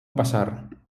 passar